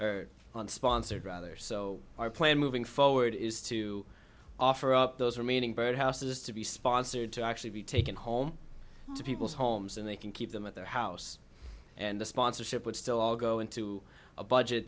d on sponsored rather so our plan moving forward is to offer up those remaining bird houses to be sponsored to actually be taken home to people's homes and they can keep them at their house and the sponsorship would still all go into a budget